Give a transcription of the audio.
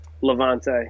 Levante